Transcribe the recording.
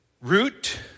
root